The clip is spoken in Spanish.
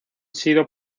sido